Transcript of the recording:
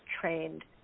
trained